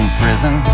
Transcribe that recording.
prison